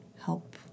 help